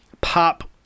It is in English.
pop